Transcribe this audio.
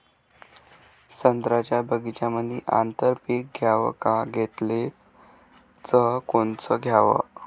संत्र्याच्या बगीच्यामंदी आंतर पीक घ्याव का घेतलं च कोनचं घ्याव?